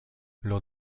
lors